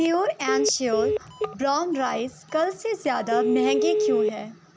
pure and sure brown rice کل سے زیادہ مہنگے کیوں ہیں